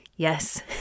Yes